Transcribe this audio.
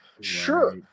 sure